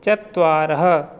चत्वारः